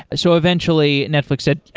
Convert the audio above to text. so eventually, netflix said,